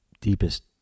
deepest